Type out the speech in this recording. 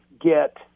get